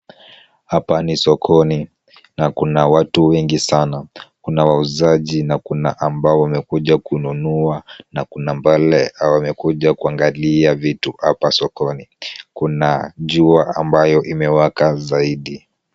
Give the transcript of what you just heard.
Hapa ni sokoni na kuna watu wengi sana. Kuna wauzaji na kuna ambao wamekuja kununua na kuna wale wamekuja kuangalia vitu hapa sokoni. Kuna jua ambayo imewaka zaidi.